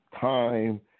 time